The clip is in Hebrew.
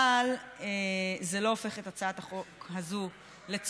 אבל זה לא הופך את הצעת החוק הזו לצודקת,